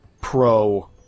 pro